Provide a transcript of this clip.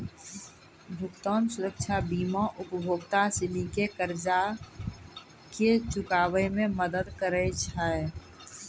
भुगतान सुरक्षा बीमा उपभोक्ता सिनी के कर्जा के चुकाबै मे मदद करै छै